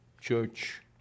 church